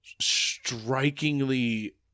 strikingly